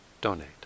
donate